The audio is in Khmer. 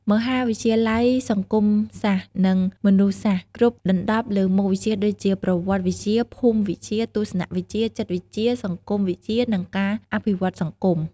មហាវិទ្យាល័យសង្គមសាស្ត្រ និងមនុស្សសាស្ត្រ គ្របដណ្តប់លើមុខវិជ្ជាដូចជា ប្រវត្តិវិទ្យា ភូមិវិទ្យា ទស្សនវិជ្ជា ចិត្តវិទ្យា សង្គមវិទ្យា និងការអភិវឌ្ឍសង្គម។